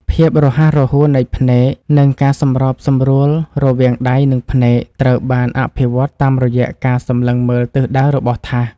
ភាពរហ័សរហួននៃភ្នែក និងការសម្របសម្រួលរវាងដៃ និងភ្នែកត្រូវបានអភិវឌ្ឍតាមរយៈការសម្លឹងមើលទិសដៅរបស់ថាស។